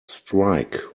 strike